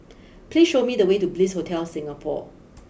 please show me the way to Bliss Hotel Singapore